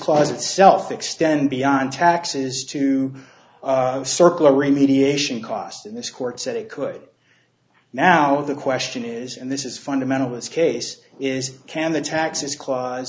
clause itself extend beyond taxes to circular remediation cost in this court said it could now the question is and this is fundamental was case is can the taxes cla